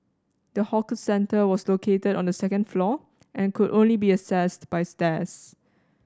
the hawker centre was located on the second floor and could only be accessed by stairs